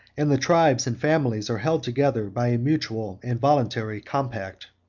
and the tribes and families are held together by a mutual and voluntary compact.